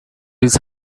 his